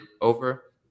over